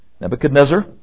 Nebuchadnezzar